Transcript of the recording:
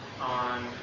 on